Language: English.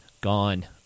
gone